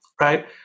right